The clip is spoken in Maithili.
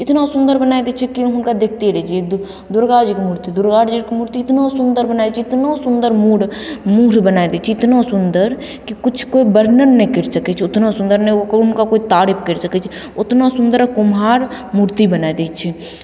इतना सुन्दर बनाय दै छै कि हुनका देखते रहि जइए दुर्गा जीके मूर्ति दुर्गा जीके मूर्ति इतना सुन्दर बनाय दै छै कि इतना सुन्दर मूँह मूँह बनाय दै छै इतना सुन्दर कि किछु कोइ वर्णन नहि करि सकय छै उतना सुन्दर नहि ओकरो कोइ हुनका तारीफ करि सकय छै उतना सुन्दर कुम्हार मूर्ति बनाय दै छै